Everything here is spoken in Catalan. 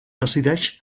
decideix